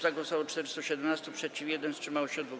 Za głosowało 417, przeciw - 1, wstrzymało się 2.